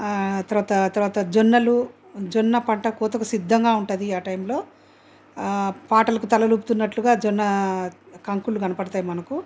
ఆ తరవాత తరవాత జొన్నలు జొన్న పంట కోతకు సిద్ధంగా ఉంటుంది ఆ టైంలో ఆ పాటలకు తలలు ఉప్పుతున్నట్లుగా జొన్న కంకులు కనపడతాయి మనకు